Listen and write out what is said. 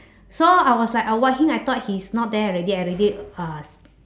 so I was like avoid him I thought he's not there already I already uh